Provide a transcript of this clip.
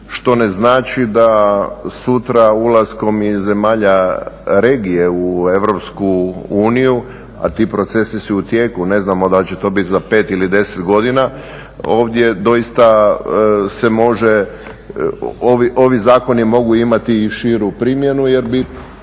što ne znači da sutra ulaskom i zemalja regije u EU a ti procesi su u tijeku, ne znamo dali će to biti za 5 ili 10 godina, ovdje doista se može, ovi zakoni mogu imati i širu primjenu jer bi